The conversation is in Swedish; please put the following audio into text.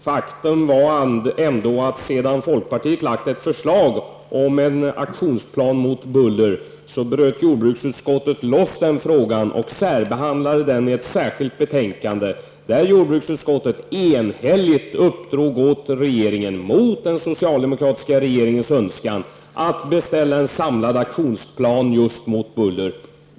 Faktum var ändå att sedan folkpartiet lagt fram ett förslag om en aktionsplan mot buller bröt jordbruksutskottet loss den frågan och särbehandlade den i ett särskilt betänkande där jordbruksutskottet enhälligt uppdrog åt regeringen, mot den socialdemokratiska regeringens önskan, att beställa en samlad aktionsplan just mot buller.